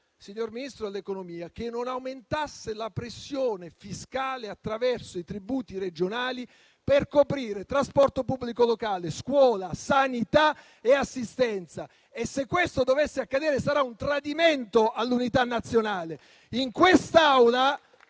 signor Ministro dell'economia, che non aumentasse la pressione fiscale attraverso i tributi regionali per coprire trasporto pubblico locale, scuola, sanità e assistenza. E, se questo dovesse accadere, sarà un tradimento all'unità nazionale.